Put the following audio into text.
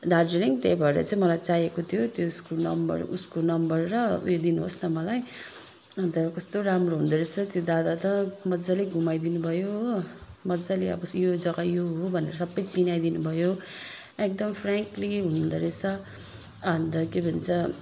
दार्जिलिङ त्यही भएर चाहिँ मलाई चाहिएको थियो त्यसको नम्बर उसको नम्बर र उयो दिनु होस् न मलाई अन्त कस्तो राम्रो हुँदो रहेछ त्यो दादा त मजाले घुमाइदिनु भयो हो मजाले अब यो जगा यो हो भनेर सब चिनाइदिनु भयो एकदम फ्य्राङ्कली हुनु हुँदो रहेछ अन्त के भन्छ